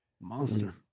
Monster